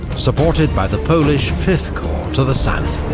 supported by the polish fifth corps to the south.